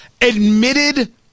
admitted